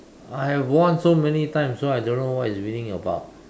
I have won so many times so I don't know what is winning about